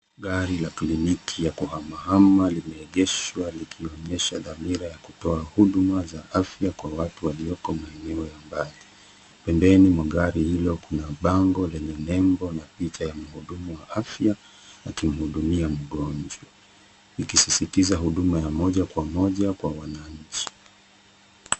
Gari la kliniki ya kuhama hama limeegeshwa likionyesha dhamira ya kutoa huduma za afya kwa watu walioko maeneo ya mbali. Pembeni mwa gari hilo kuna bango lenye nembo na picha ya mhudumu wa afya akimhudumia mgonjwa ikisisitiza huduma ya moja kwa moja kwenye wananchi.